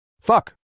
Fuck